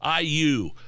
IU